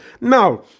Now